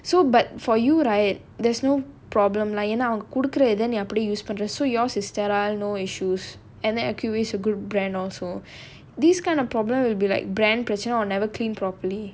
so but for you right there's no problem ஏனா நீ அவங்க கொடுக்குற இத:yaenaa nee avanga kodukura idha used பண்ற:pandra so yours is sterile no issues and then Acuvue is a good brand also these kind of problem will be like brand பிரச்சனை:pirachanai or never clean properly